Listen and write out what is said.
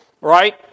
Right